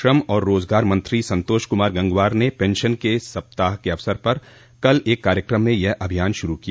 श्रम और रोजगार मंत्री संतोष कुमार गंगवार ने पेंशन सप्ताह के अवसर पर कल एक कार्यक्रम में यह अभियान शुरू किया